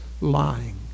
lying